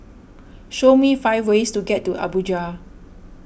show me five ways to get to Abuja